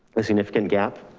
a significant gap.